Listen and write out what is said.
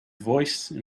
voice